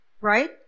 right